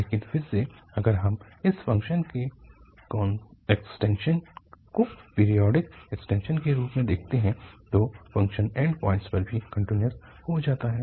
लेकिन फिर से अगर हम इस फ़ंक्शन के एक्सटेंशन को पीरियोडिक एक्सटेंशन के रूप में देखते हैं तो फ़ंक्शन एंड पॉइंट्स पर भी कन्टीन्यूअस हो जाता है